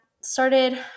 started